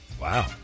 Wow